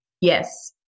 Yes